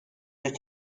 durch